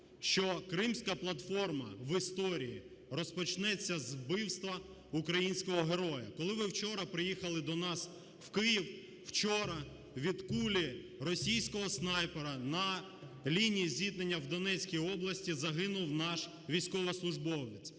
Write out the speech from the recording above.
що Кримська платформа в історії розпочнеться з вбивства українського героя. Коли ви вчора приїхали до нас у Київ, вчора від кулі російського снайпера на лінії зіткнення в Донецькій області загинув наш військовослужбовець,